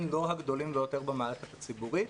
לא הגדולים ביותר במערכת הציבורית,